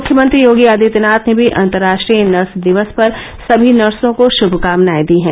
मुख्यमंत्री योगी आदित्यनाथ ने भी अन्तर्राष्ट्रीय नर्स दिवस पर सभी नर्सों को शुभकामनाएं दी हैं